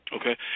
Okay